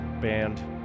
band